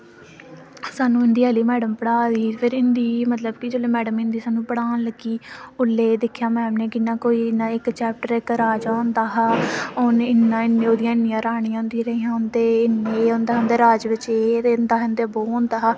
सानूं हिंदी आह्ली मैडम पढ़ा दी हिंदी मतलब ते भी मैडम जेल्लै सानूं हिंदी पढ़ान लग्गी ते मैम नै दिक्खेआ कि कोई किन्ना चैप्टर घरा जानदा हा मेरियां इन्नियां रानियां होंदियां हियां ते इंदे राज बिच एह् होंदा हा वो होंदा हा